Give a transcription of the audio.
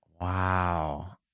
Wow